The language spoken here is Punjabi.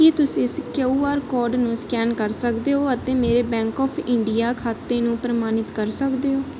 ਕੀ ਤੁਸੀਂਂ ਇਸ ਕਉ ਆਰ ਕੋਡ ਨੂੰ ਸਕੈਨ ਕਰ ਸਕਦੇ ਹੋ ਅਤੇ ਮੇਰੇ ਬੈਂਕ ਆਫ ਇੰਡੀਆ ਖਾਤੇ ਨੂੰ ਪ੍ਰਮਾਣਿਤ ਕਰ ਸਕਦੇ ਹੋ